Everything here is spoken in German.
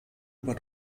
über